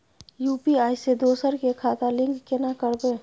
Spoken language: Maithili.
यु.पी.आई से दोसर के खाता लिंक केना करबे?